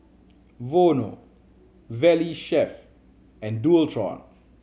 Vono Valley Chef and Dualtron